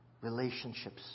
Relationships